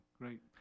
Great